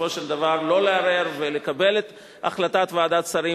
בסופו של דבר שלא לערער ולקבל את החלטת ועדת השרים.